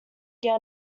get